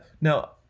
now